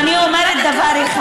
אתה לא מעיר, אני אומרת דבר אחד.